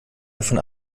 davon